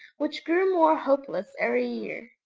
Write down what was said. which grew more hopeless every year.